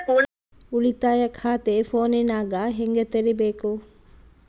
ಉಳಿತಾಯ ಖಾತೆ ಫೋನಿನಾಗ ಹೆಂಗ ತೆರಿಬೇಕು?